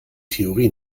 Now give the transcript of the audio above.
theorie